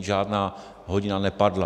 Žádná hodina nepadla.